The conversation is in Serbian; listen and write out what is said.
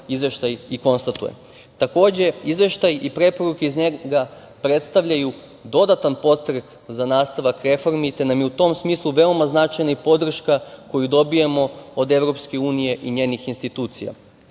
izveštaj i konstatuje. Takođe, izveštaj i preporuke iz njega predstavljaju dodatan podstrek za nastavak reformi, te nam je u tom smislu veoma značajna i podrška koju dobijamo od Evropske unije i njenih institucija. Drago